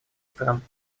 стран